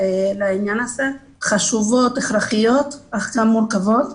תקנות חשובות והכרחיות אך גם מורכבות